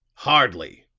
hardly,